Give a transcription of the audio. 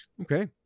okay